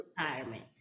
retirement